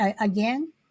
again